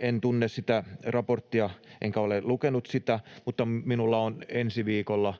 En tunne sitä raporttia enkä ole lukenut sitä, mutta minulla on ensi viikolla